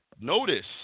notice